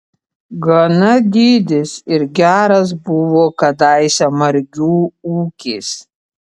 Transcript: gana didis ir geras buvo kadaise margių ūkis